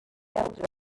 elder